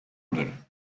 order